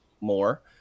more